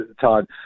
Todd